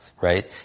right